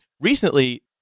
recently